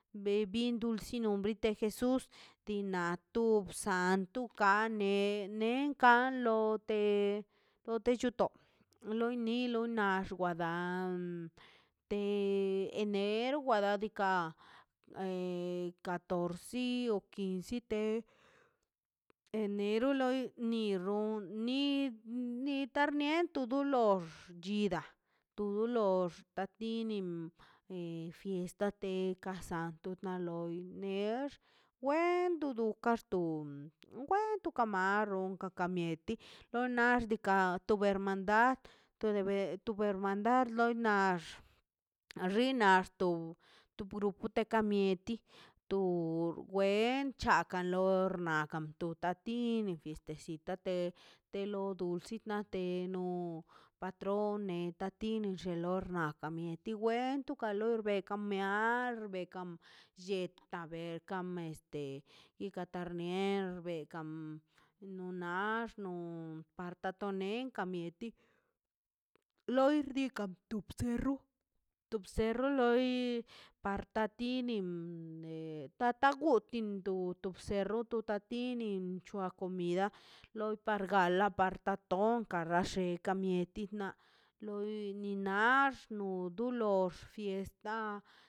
Be bin tu dulsi nombre de jesus dina tub santu ka a ne nen kanlo te lote lluto loini loi nax xwadan te ener wada dikaꞌ ee catorsi o quince de enero ni loi ni ni tarnie tu do lox chidaꞌ tu do lorx dinim ee fiesta de casanto do loi nex wendo du kax to wen ka tu maro wenka ka mieti donax tika dad to ber to ber nar loi na xin laxto to wen cha kalor wakan tu ta tini fiestecita de lo dulsi de no patron neta ti xelor ka mieti wen ti kalor wen pekamear bekan lletaꞌ berka me este ikatarme bekan no nax no par tato nenka mieti loi renkan tu bcerro to bcerro loi par ta tinim ne tata gutin dob to to bcerro ta tinin c̱hoa comida lar pa gala lar kato onkan ka lle mieti loi ni nax lo o dulox fiesta.